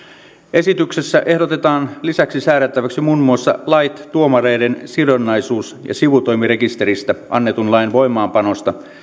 esityksessä ehdotetaan lisäksi säädettäväksi muun muassa lait tuomareiden sidonnaisuus ja sivutoimirekisteristä annetun lain voimaanpanosta